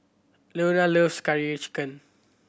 Loria loves Curry Chicken